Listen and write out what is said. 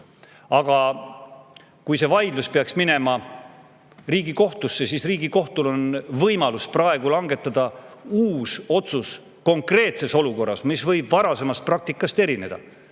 Aga kui see vaidlus peaks minema Riigikohtusse, siis Riigikohtul on võimalus langetada konkreetses olukorras uus otsus, mis võib varasemast praktikast erineda.